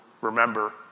remember